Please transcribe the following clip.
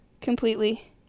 completely